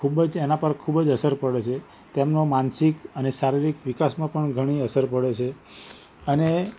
ખૂબ જ એના પર ખૂબ જ અસર પડે છે તેમનો માનસિક અને શારીરિક વિકાસમાં પણ ઘણી અસર પડે છે અને